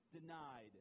denied